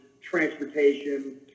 transportation